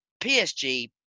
PSG